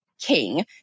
King